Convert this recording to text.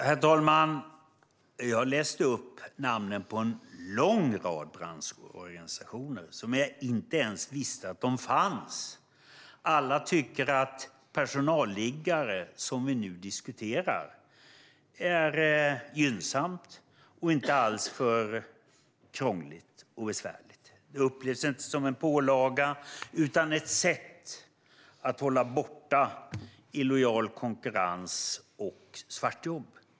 Herr talman! Jag läste upp namnen på en lång rad branschorganisationer som jag inte ens visste att de fanns. Alla tycker att personalliggare, som vi nu diskuterar, är något gynnsamt och inte alls för krångligt och besvärligt. De upplevs inte som en pålaga utan som ett sätt att hålla borta illojal konkurrens och svartjobb.